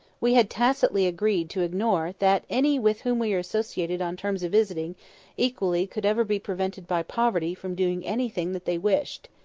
we had tacitly agreed to ignore that any with whom we associated on terms of visiting equality could ever be prevented by poverty from doing anything that they wished.